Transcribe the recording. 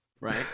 right